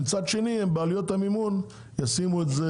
ומצד שני לא ישימו את זה